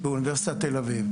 אוניברסיטת תל אביב.